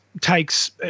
takes –